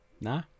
Nah